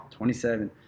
27